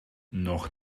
nog